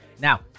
Now